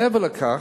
מעבר לכך,